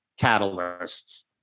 catalysts